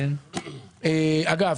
אגב,